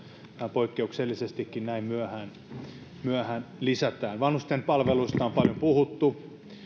poikkeuksellisestikin näin myöhään lisätään vanhustenpalveluista on paljon puhuttu